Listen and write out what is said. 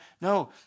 No